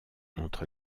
entre